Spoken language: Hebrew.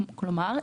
כלומר,